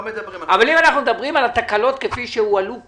אבל אם אנחנו מדברים על התקלות כפי שהועלו פה,